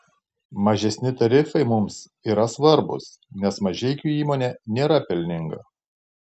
mažesni tarifai mums yra svarbūs nes mažeikių įmonė nėra pelninga